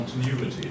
continuity